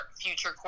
future